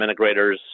integrators